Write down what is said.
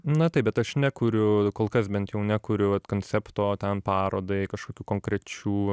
na taip bet aš nekuriu kol kas bent jau nekuriu vat koncepto ten parodai kažkokių konkrečių